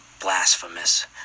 blasphemous